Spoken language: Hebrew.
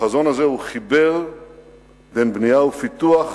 בחזון הזה הוא חיבר בין בנייה ופיתוח,